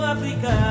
Africa